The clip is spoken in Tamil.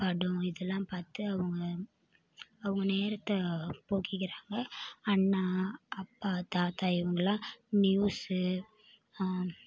படம் இதெல்லாம் பார்த்து அவங்க அவங்க நேரத்தை போக்கிக்கிறாங்க அண்ணா அப்பா தாத்தா இவங்களாம் நியூஸு